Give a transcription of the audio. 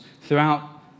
throughout